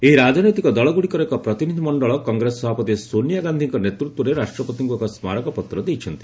ଏହି ରାଜନୈତିକ ଦଳଗୁଡ଼ିକର ଏକ ପ୍ରତିନିଧି ମଣ୍ଡଳ କଂଗ୍ରେସ ସଭାପତି ସୋନିଆ ଗାନ୍ଧିଙ୍କ ନେତୃତ୍ୱରେ ରାଷ୍ଟ୍ରପତିଙ୍କୁ ଏକ ସ୍କାରକପତ୍ର ଦେଇଛନ୍ତି